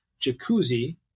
jacuzzi